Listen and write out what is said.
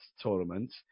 tournament